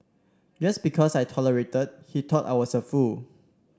just because I tolerated he thought I was a fool